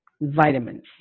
vitamins